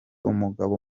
umugaba